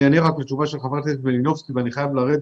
אני אענה רק לשאלתה של ח"כ מלינובסקי ואני חייב ללכת.